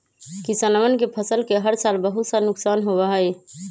किसनवन के फसल के हर साल बहुत सा नुकसान होबा हई